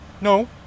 no